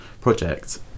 project